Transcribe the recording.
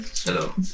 Hello